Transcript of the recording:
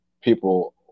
people